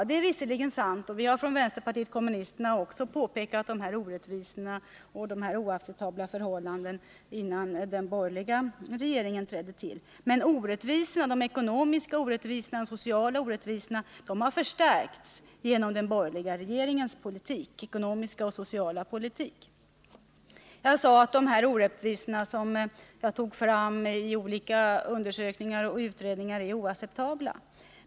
Det är visserligen sant, och vi från vänsterpartiet kommunisterna påtalade också dessa orättvisor och oacceptabla förhållanden innan den borgerliga regeringen trädde till. Men de ekonomiska och sociala orättvisorna har förstärkts genom den borgerliga regeringens politik på dessa områden. Jag sade att de orättvisor som hade påvisats i olika undersökningar och utredningar var oacceptabla.